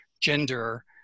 gender